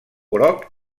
groc